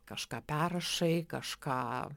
kažką perrašai kažką